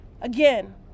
Again